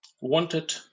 wanted